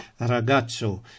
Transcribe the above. ragazzo